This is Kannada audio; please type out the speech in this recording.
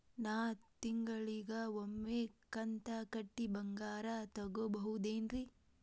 ನಾ ತಿಂಗಳಿಗ ಒಮ್ಮೆ ಕಂತ ಕಟ್ಟಿ ಬಂಗಾರ ತಗೋಬಹುದೇನ್ರಿ?